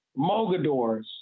Mogadors